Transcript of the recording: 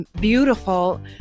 beautiful